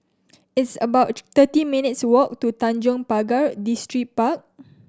it's about thirty minutes' walk to Tanjong Pagar Distripark